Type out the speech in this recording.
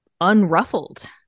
unruffled